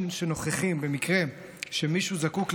שנוכחים במקרה שמישהו זקוק לעזרה,